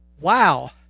Wow